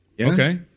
Okay